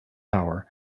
power